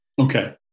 Okay